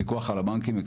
הפיקוח על הבנקים,